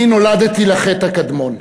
אני נולדתי לחי"ת הקדמון,